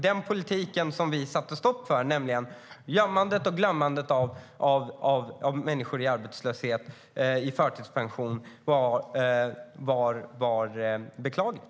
Den politik som vi satte stopp för, nämligen gömmandet och glömmandet av människor i arbetslöshet och förtidspension, var beklaglig.